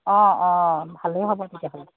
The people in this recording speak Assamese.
অঁ অঁ ভালেই হ'ব তেতিয়াহ'লে